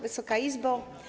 Wysoka Izbo!